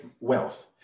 wealth